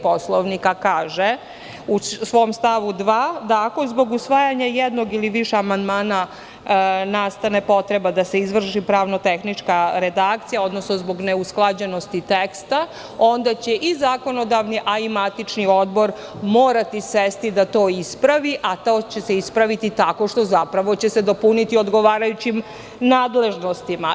Poslovnika kaže u svom stavu 2. da – ako zbog usvajanja jednog ili više amandmana nastane potreba da se izvrši pravno-tehnička redakcija, odnosno zbog neusklađenosti teksta, onda će i zakonodavni i matični odbor morati sesti da to ispravi, a to će se ispraviti tako što će se zapravo dopuniti odgovarajućim nadležnostima.